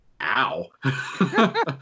ow